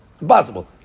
Impossible